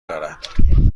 دارد